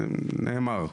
זה נאמר.